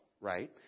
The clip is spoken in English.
right